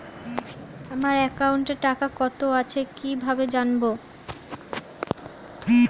আমার একাউন্টে টাকা কত আছে কি ভাবে জানবো?